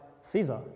Caesar